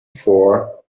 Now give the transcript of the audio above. for